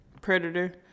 Predator